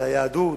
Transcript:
ליהדות,